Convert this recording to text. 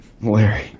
Larry